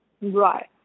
Right